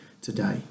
today